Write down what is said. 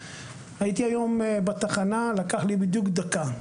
הייתי היום בתחנה, לקח לי בדיוק דקה.